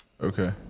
okay